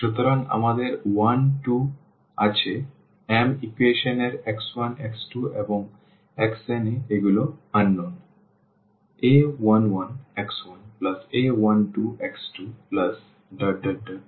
সুতরাং আমাদের 1 2 আছে m ইকুয়েশন এবং x1 x2 এবং xn এ এগুলি অজানা